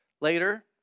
later